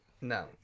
No